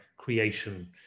creation